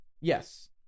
Yes